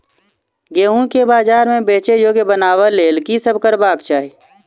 गेंहूँ केँ बजार मे बेचै योग्य बनाबय लेल की सब करबाक चाहि?